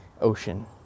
ocean